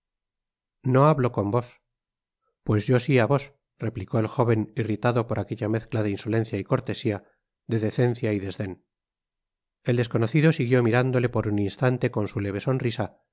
no hablo con vos pues yo si á vos replicó el jóven irritado por aquella mezcla de insolencia y cortesia de decencia y desden el desconocido siguió mirándole por un instante con su leve sonrisa